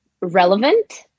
relevant